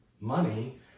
money